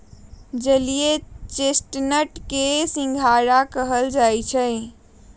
जलीय चेस्टनट के सिंघारा कहल जाई छई